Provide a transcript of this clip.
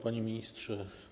Panie Ministrze!